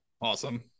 Awesome